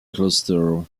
cluster